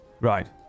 right